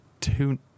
two